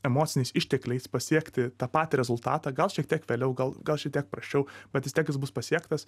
emociniais ištekliais pasiekti tą patį rezultatą gal šiek tiek vėliau gal gal šiek tiek prasčiau bet vis tiek jis bus pasiektas